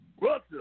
Russia